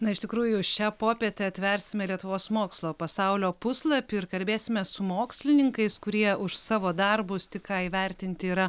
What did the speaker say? na iš tikrųjų šią popietę atversime lietuvos mokslo pasaulio puslapį ir kalbėsime su mokslininkais kurie už savo darbus tik ką įvertinti yra